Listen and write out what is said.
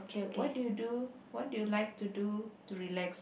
what do you do what do you like to do to relax